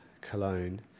cologne